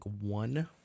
one